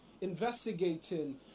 investigating